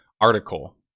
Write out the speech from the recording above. article